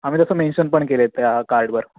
आम्ही तसं मेंशन पण केलं आहे त्या कार्डवर